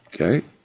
Okay